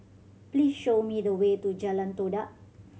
please show me the way to Jalan Todak